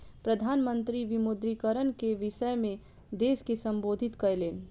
प्रधान मंत्री विमुद्रीकरण के विषय में देश के सम्बोधित कयलैन